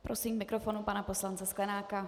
Prosím k mikrofonu pana poslance Sklenáka.